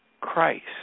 Christ